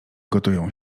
gotują